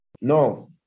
No